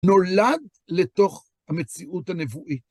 נולד לתוך המציאות הנבואית.